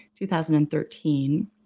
2013